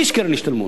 למי יש קרן השתלמות?